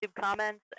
comments